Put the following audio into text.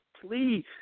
Please